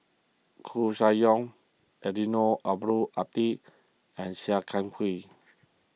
Koeh Sia Yong Eddino Abdul Hadi and Sia Kah Hui